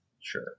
Sure